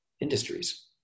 industries